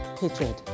hatred